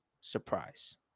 surprise